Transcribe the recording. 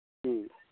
ꯎꯝ